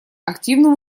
активным